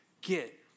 get